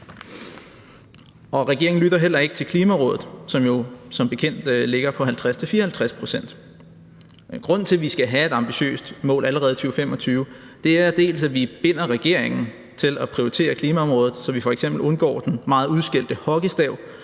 Regeringen lytter heller ikke til Klimarådet, som jo som bekendt ligger på 50-54 pct. Men grunden til, at vi skal have et ambitiøst mål allerede i 2025, er dels, at vi binder regeringen til at prioritere klimaområdet, så vi f.eks. undgår den meget udskældte hockeystav,